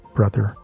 brother